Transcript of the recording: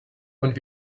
und